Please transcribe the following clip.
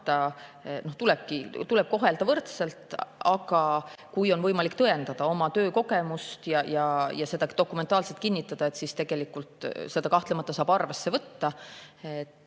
tuleb kohelda võrdselt, aga kui on võimalik tõendada oma töökogemust, seda dokumentaalselt kinnitada, siis tegelikult seda kahtlemata saab arvesse võtta.